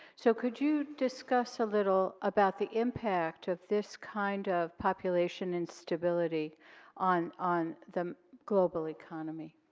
so could you discuss a little about the impact of this kind of population instability on on the global economy?